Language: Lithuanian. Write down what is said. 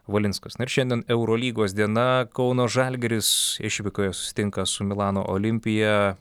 valinskas na ir šiandien eurolygos diena kauno žalgiris išvykoje susitinka su milano olimpija